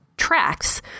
tracks